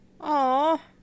Aw